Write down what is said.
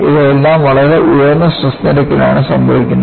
ഇവയെല്ലാം വളരെ ഉയർന്ന സ്ട്രെസ് നിരക്കിലാണ് സംഭവിക്കുന്നത്